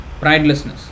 Pridelessness